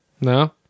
No